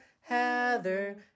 Heather